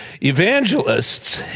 evangelists